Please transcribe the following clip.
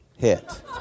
Hit